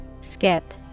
Skip